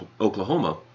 Oklahoma